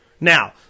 Now